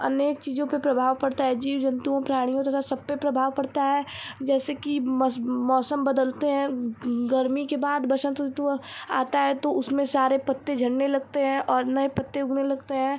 अनेक चीज़ों पर प्रभाव पड़ता है जीव जन्तुओं प्राणियों तथा सब पर प्रभाव पड़ता है जैसे कि मस मौसम बदलते हैं गर्मी के बाद वसंत ऋतु आता है तो उसमें सारे पत्ते झड़ने लगते हैं और नए पत्ते उगने लगते हैं